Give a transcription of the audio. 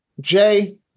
Jay